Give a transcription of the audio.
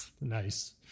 Nice